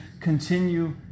continue